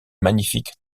magnifiques